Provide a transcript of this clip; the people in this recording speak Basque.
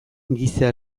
giza